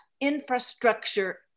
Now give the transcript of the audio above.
infrastructure